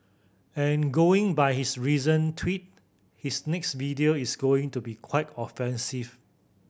and going by his recent tweet his next video is going to be quite offensive